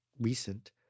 recent